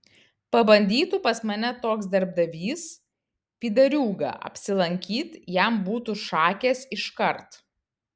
pabandytų pas mane toks darbdavys pydariūga apsilankyt jam būtų šakės iškart